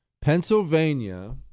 Pennsylvania